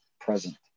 present